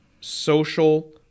social